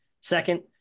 Second